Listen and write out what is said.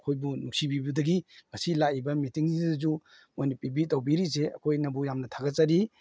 ꯑꯩꯈꯣꯏꯕꯨ ꯅꯨꯡꯁꯤꯕꯤꯕꯗꯒꯤ ꯉꯁꯤ ꯂꯥꯛꯏꯕ ꯃꯤꯇꯤꯡꯁꯤꯗꯁꯨ ꯃꯣꯏꯅ ꯄꯤꯕꯤ ꯇꯧꯕꯤꯔꯤꯁꯦ ꯑꯩꯈꯣꯏꯅꯕꯨ ꯌꯥꯝꯅ ꯊꯥꯒꯠꯆꯔꯤ